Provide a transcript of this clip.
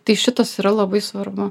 tai šitas yra labai svarbu